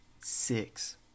Six